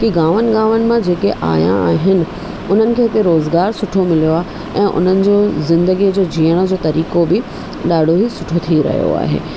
की गांवनि गांवनि मां जेके आया आहिनि उन्हनि खे हिते रोज़गार सुठो मिलियो आहे ऐं उन्हनि जो ज़िंदगीअ जो जीअण जो तरीक़ो बि ॾाढो ही सुठो थी रहियो आहे